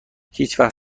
هیچوقت